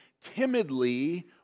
timidly